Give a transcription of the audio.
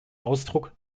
ausdruck